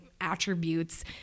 attributes